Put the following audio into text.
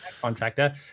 contractor